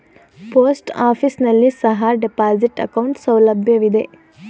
post office ನಲ್ಲಿ ಸಹ deposit account ಸೌಲಭ್ಯವಿದೆ